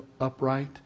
upright